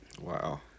Wow